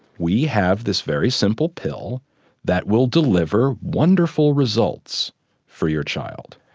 we have this very simple pill that will deliver wonderful results for your child.